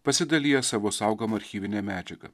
pasidalijęs savo saugoma archyvine medžiaga